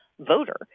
voter